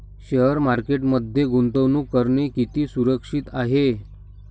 Share मार्केटमध्ये गुंतवणूक करणे किती सुरक्षित आहे?